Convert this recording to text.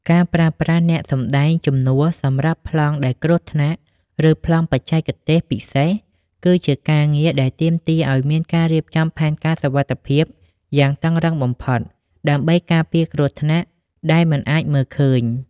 ការប្រើប្រាស់អ្នកសម្ដែងជំនួសសម្រាប់ប្លង់ដែលគ្រោះថ្នាក់ ឬប្លង់បច្ចេកទេសពិសេស គឺជាការងារដែលទាមទារឱ្យមានការរៀបចំផែនការសុវត្ថិភាពយ៉ាងតឹងរ៉ឹងបំផុតដើម្បីការពារគ្រោះថ្នាក់ដែលមិនអាចមើលឃើញ។